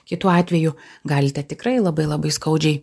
kitu atveju galite tikrai labai labai skaudžiai